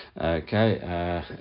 okay